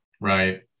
Right